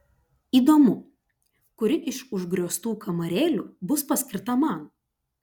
įdomu kuri iš užgrioztų kamarėlių bus paskirta man